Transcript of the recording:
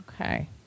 Okay